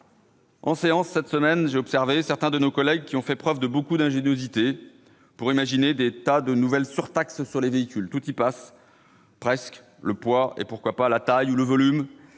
En séance, cette semaine, certains de nos collègues ont fait preuve de beaucoup d'ingéniosité pour imaginer des tas de nouvelles surtaxes sur les véhicules. Tout y passe, ou presque ! Le poids et- pourquoi pas ? -la taille ou le volume